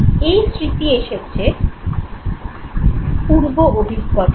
এই স্মৃতি এসেছে পূর্ব অভিজ্ঞতা থেকে